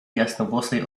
jasnowłosej